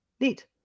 Neat